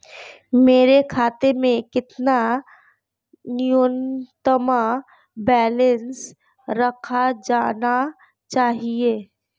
मेरे खाते में कितना न्यूनतम बैलेंस रखा जाना चाहिए?